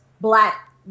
black